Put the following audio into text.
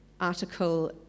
article